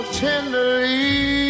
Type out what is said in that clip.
tenderly